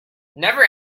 never